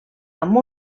amb